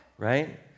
Right